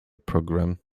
programme